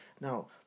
now